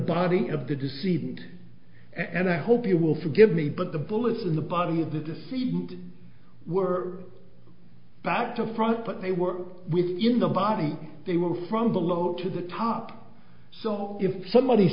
body of the deceit and i hope you will forgive me but the bullets in the bottom of the deceived were back to front but they were within the body they were from below up to the top so if somebody